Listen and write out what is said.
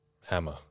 hammer